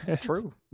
true